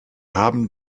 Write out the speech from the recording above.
haben